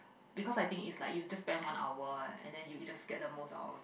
because I think is like you just spend one hour eh and then you just scat the most out of it